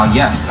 yes